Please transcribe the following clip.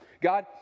God